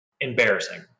embarrassing